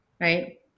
right